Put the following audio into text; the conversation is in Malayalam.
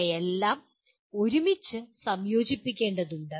അവയെല്ലാം ഒരുമിച്ച് സംയോജിപ്പിക്കേണ്ടതുണ്ട്